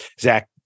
Zach